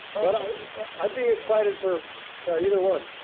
but i'd be excited for either one.